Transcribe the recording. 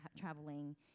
traveling